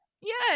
Yes